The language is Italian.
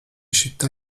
città